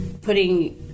putting